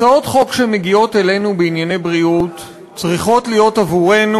הצעות חוק בענייני בריאות שמגיעות אלינו צריכות להיות עבורנו,